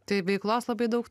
tai veiklos labai daug